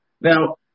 Now